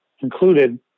included